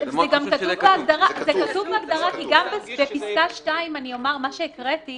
זה גם כתוב בהגדרה, כי גם בפסקה (2) שהקראתי